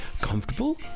Comfortable